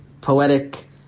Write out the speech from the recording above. poetic